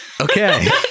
Okay